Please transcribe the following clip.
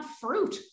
fruit